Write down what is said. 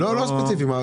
לא, לא ספציפי.